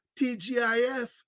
TGIF